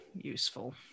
useful